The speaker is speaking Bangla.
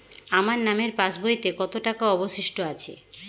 আমার নামের পাসবইতে কত টাকা অবশিষ্ট আছে?